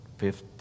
fifth